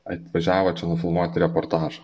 atvažiavo čia nufilmuoti reportažą